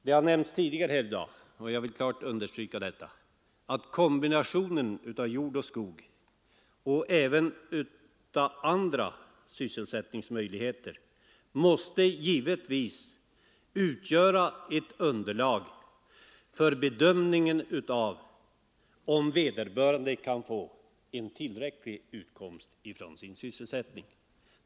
Jag har nämnt tidigare här i dag och jag vill klart understryka att kombinationen av arbete i jord och skog jämte andra sysselsättningsmöjligheter får utgöra underlag för bedömning av om vederbörande kan få en tillräcklig utkomst från sin sysselsättning.